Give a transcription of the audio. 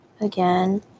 again